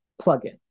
plugin